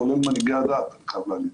כולל מנהיגי הדת אני חייב להגיד.